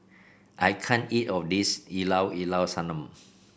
I can't eat of this Llao Llao Sanum